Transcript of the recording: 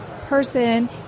person